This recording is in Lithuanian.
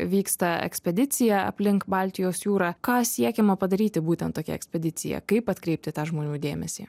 vyksta ekspedicija aplink baltijos jūrą ką siekiama padaryti būtent tokia ekspedicija kaip atkreipti žmonių dėmesį